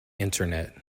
internet